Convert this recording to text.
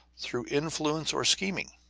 through influence or scheming.